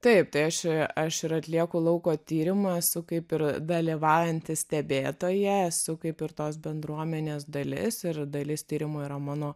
taip tai aš aš ir atlieku lauko tyrimą esu kaip ir dalyvaujanti stebėtoja esu kaip ir tos bendruomenės dalis ir dalis tyrimų yra mano